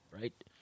right